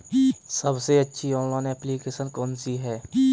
सबसे अच्छी online application कौन सी है?